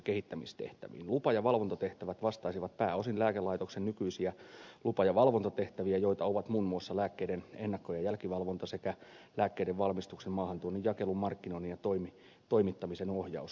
lupa ja valvontatehtävät vastaisivat pääosin lääkelaitoksen nykyisiä lupa ja valvontatehtäviä joita ovat muun muassa lääkkeiden ennakko ja jälkivalvonta sekä lääkkeiden valmistuksen maahantuonnin jakelun markkinoinnin ja toimittamisen ohjaus